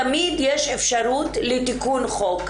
תמיד יש אפשרות לתיקון חוק.